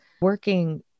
working